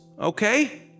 Okay